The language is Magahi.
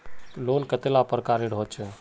लोन कतेला प्रकारेर होचे?